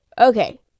Okay